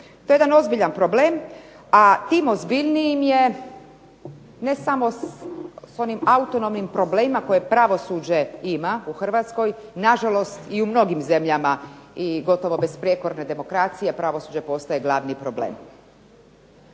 To je jedan ozbiljan problem, a tim ozbiljnijim je ne samo sa onim autonomnim problemima koje pravosuđe ima u Hrvatskoj na žalost i u mnogim zemljama i gotovo besprijekorne demokracije pravosuđa postaje glavni problem.